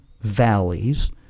valleys